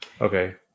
Okay